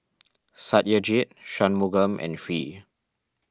Satyajit Shunmugam and Hri